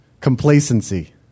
complacency